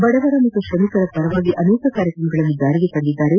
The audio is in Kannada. ಬಡವರ ಮತ್ತು ಶ್ರಮಿಕರ ಪರವಾಗಿ ಅನೇಕ ಕಾರ್ಯಕ್ರಮಗಳನ್ನು ಜಾರಿಗೆ ತಂದಿದ್ದಾರೆ